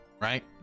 right